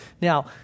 Now